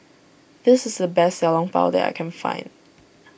this is the best Xiao Long Bao that I can find